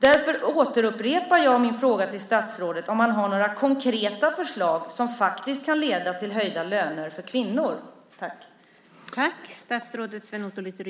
Därför återupprepar jag min fråga till statsrådet om han har några konkreta förslag som faktiskt kan leda till höjda löner för kvinnor.